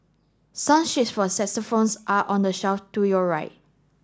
song sheets for saxophones are on the shelf to your right